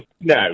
no